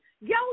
Yo